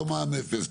לא מע"מ אפס,